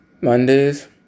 Mondays